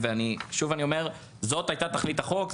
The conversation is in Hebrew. שוב אני אומר, זאת הייתה תכלית החוק.